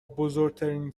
بزرگترین